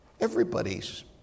Everybody's